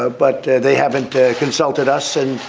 ah but they haven't consulted us. and